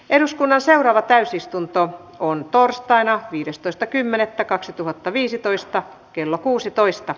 eduskunnan seuraava täysistunto on torstaina viidestoista kymmenettä kaksituhattaviisitoista kello kuusitoista